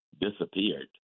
disappeared